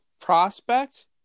prospect